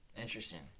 Interesting